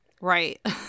right